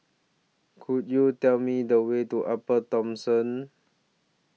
Could YOU Tell Me The Way to Upper Thomson